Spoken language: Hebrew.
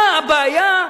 מה הבעיה,